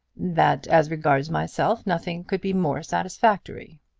that as regards myself nothing could be more satisfactory.